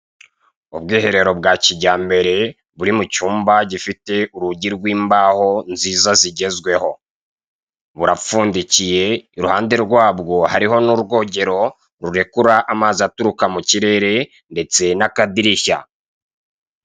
Ubwiherero bwa kijyambere buri mu cyumba gifite urugi rw'imbaho nziza zigezweho, burapfundikiye iruhande rwabwo hariho n'urwogero rurekura amazi aturuka mu kirere ndetse n'akadirishya.